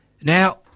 Now